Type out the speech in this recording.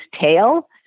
tail